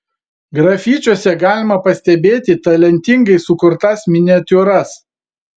grafičiuose galima pastebėti talentingai sukurtas miniatiūras